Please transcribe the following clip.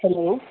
hello